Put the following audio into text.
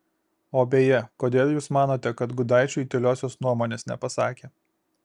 o beje kodėl jūs manote kad gudaičiui tyliosios nuomonės nepasakė